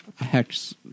hex